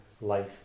life